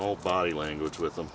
old body language with the